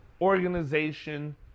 organization